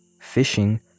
fishing